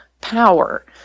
power